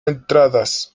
entradas